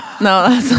No